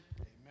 Amen